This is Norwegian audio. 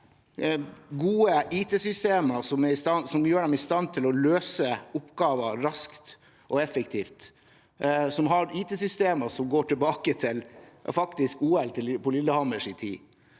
gode IT-systemer som gjør dem i stand til å løse oppgaver raskt og effektivt, og at de har IT-systemer som i tid går tilbake til OL på Lillehammer.